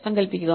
സങ്കൽപ്പിക്കുക